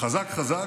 חזק חזק.